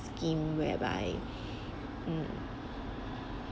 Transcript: scheme whereby mm